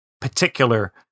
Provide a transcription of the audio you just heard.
particular